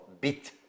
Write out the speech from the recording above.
bit